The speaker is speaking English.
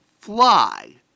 fly